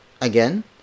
Again